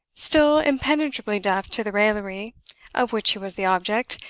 still impenetrably deaf to the raillery of which he was the object,